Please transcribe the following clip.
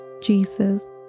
Jesus